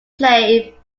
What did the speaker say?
play